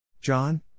John